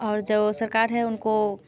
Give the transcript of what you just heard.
और जो सरकार है उनको